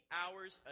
hours